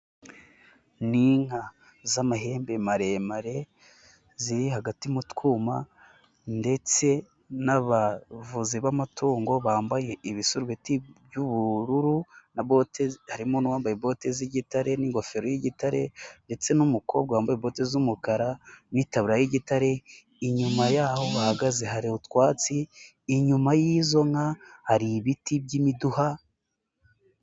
Ni inka z'amahembe maremare, ziri hagati mu twuma ndetse n'abavuzi b'amatungo bambaye ibisubeti by'ubururu na bote harimo n'uwambaye bote z'igitare n'ingofero y'igitare ndetse n'umukobwa wambaye bote z'umukara n'itaburiya y'igitare, inyuma yaho bahagaze hari utwatsi, inyuma y'izo nka hari ibiti by'imiduha.